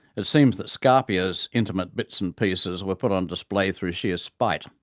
it seems that scarpia's intimate bits and pieces were put on display through sheer spite.